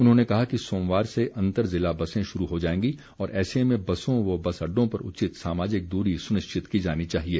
उन्होंने कहा कि सोमवार से अंतर ज़िला बसें शुरू हो जाएंगी और ऐसे में बसों व बस अड्डों पर उचित सामाजिक दूरी सुनिश्चित की जानी चाहिए